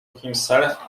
himself